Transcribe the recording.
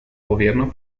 gobierno